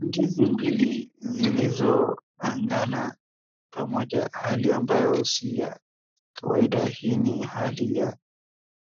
Ndizi mbili zilioungana pamoja hali ambao si ya kawaida. Hii ni hali ya